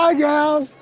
yeah girls!